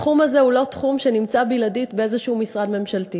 התחום הזה הוא לא תחום שנמצא בלעדית באיזשהו משרד ממשלתי.